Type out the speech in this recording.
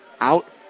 Out